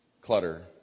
clutter